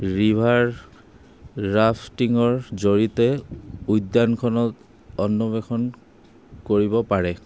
river ৰাফ্টিঙৰ জড়িয়তে উদ্যানখনক অন্নৱেেশণ কৰিব পাৰে